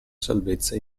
salvezza